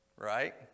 Right